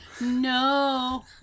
No